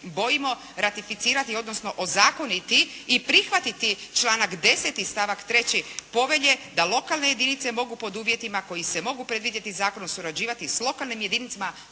bojimo ratificirati, odnosno ozakoniti i prihvatiti članak 10. stavak 3. povelje, da lokalne jedinice mogu pod uvjetima koji se mogu predvidjeti zakonom surađivati s lokalnim jedinicama